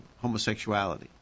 homosexuality